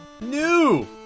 new